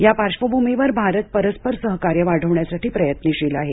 या पार्श्वभूमीवर भारत परस्पर सहकार्य वाढवण्यासाठी प्रयत्नशील आहे